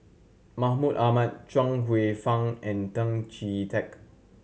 Mahmud Ahmad Chuang Hsueh Fang and Tan Chee Teck